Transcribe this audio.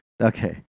Okay